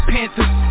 Panthers